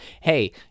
Hey